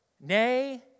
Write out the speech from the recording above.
nay